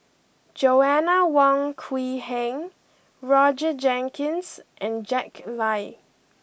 Joanna Wong Quee Heng Roger Jenkins and Jack Lai